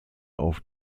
auf